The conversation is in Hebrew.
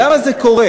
למה זה קורה,